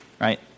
right